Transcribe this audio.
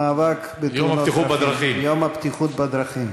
המאבק בתאונות הדרכים, יום הבטיחות בדרכים.